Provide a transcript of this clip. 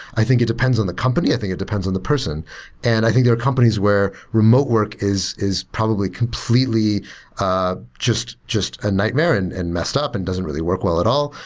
i think it depends on the company. i think it depends on the person period and i think there are companies where remote work is is probably completely ah just just a nightmare and and messed up and doesn't really work well at all.